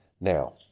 Now